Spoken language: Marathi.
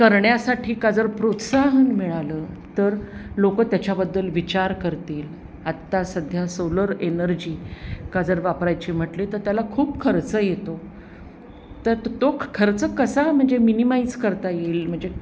करण्यासाठी का जर प्रोत्साहन मिळालं तर लोकं त्याच्याबद्दल विचार करतील आत्ता सध्या सोलर एनर्जी का जर वापरायची म्हटली तर त्याला खूप खर्च येतो तर तो तो खर्च कसा म्हणजे मिनिमाइज करता येईल म्हणजे